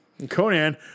Conan